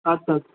আচ্ছা আচ্ছা